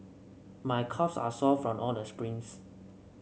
my calves are sore from all the sprints